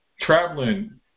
traveling